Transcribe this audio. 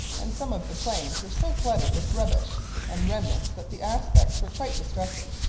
and some of the plains were so cluttered with rubbish and remnants that the aspects were quite distressing.